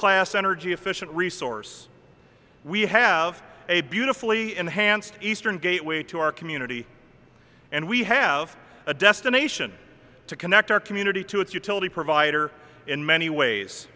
class energy efficient resource we have a beautifully enhanced eastern gateway to our community and we have a destination to connect our community to its utility provider in many ways